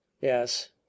Yes